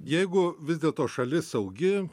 jeigu vis dėlto šalis saugi